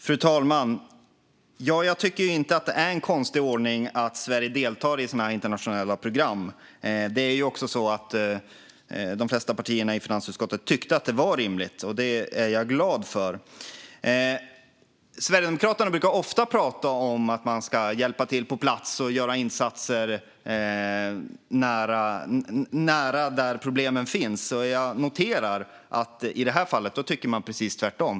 Fru talman! Jag tycker inte att det är en konstig ordning att Sverige deltar i sådana här internationella program. De flesta partier i finansutskottet tyckte också att det var rimligt. Det är jag glad för. Sverigedemokraterna brukar ofta prata om att man ska hjälpa till på plats och göra insatser nära de platser där problemen finns. Jag noterar att man i det här fallet tycker precis tvärtom.